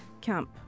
camp